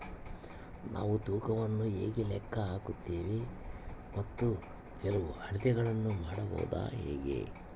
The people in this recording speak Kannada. ನಾವು ತೂಕವನ್ನು ಹೇಗೆ ಲೆಕ್ಕ ಹಾಕುತ್ತೇವೆ ಮತ್ತು ಕೆಲವು ಅಳತೆಗಳನ್ನು ಮಾಡುವುದು ಹೇಗೆ?